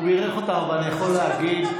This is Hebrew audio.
הוא בירך אותם, ואני יכול להגיד,